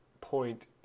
point